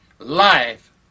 life